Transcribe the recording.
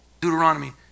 Deuteronomy